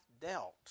dealt